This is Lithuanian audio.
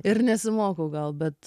ir nesimokau gal bet